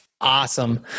Awesome